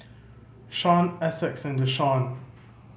Sean Essex and Deshaun